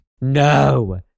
No